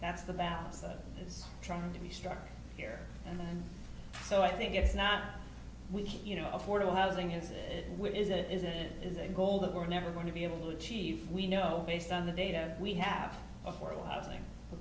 that's the balance that is trying to be struck here and so i think it's not we you know affordable housing is where is it is it is a goal that we're never going to be able to achieve we know based on the data we have